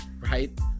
right